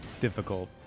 difficult